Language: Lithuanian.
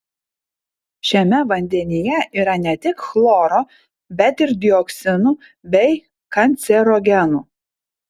šiame vandenyje yra ne tik chloro bet ir dioksinu bei kancerogenų